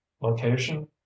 Location